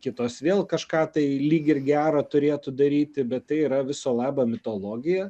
kitos vėl kažką tai lyg ir gera turėtų daryti bet tai yra viso labo mitologija